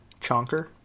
chonker